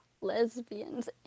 lesbians